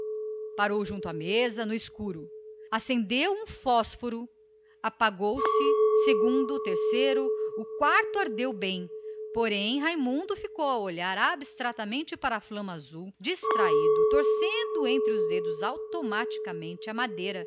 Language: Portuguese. parou junto à mesa no escuro acendeu um fósforo apagou-se segundo terceiro o quarto ardeu bem porém raimundo ficou a olhar abstrato para a flama azul torcendo entre os dedos automaticamente o pedacinho de madeira